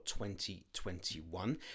2021